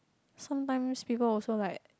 sometimes people also like